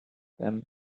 them